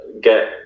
get